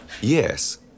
Yes